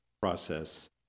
process